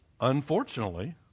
Unfortunately